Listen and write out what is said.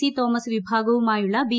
C Thomas വിഭാഗവുമായുളള B